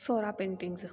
Saora paintings